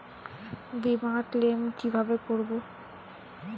বিমা ক্লেম কিভাবে করব?